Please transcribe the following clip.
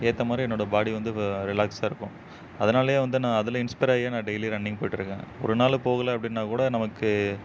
ஏற்ற மாதிரி என்னோடய பாடி வந்து இப்போ ரிலாக்ஸாக இருக்கும் அதனாலயே வந்து நான் அதில் இன்ஸ்பைர் ஆயே நான் டெய்லி ரன்னிங் போய்ட்டு இருக்கேன் ஒரு நாள் போகுல அப்படின்னா கூட நமக்கு